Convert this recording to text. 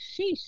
sheesh